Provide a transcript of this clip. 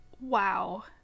Wow